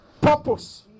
purpose